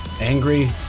angry